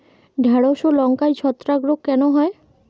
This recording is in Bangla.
ঢ্যেড়স ও লঙ্কায় ছত্রাক রোগ কেন হয়?